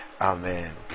Amen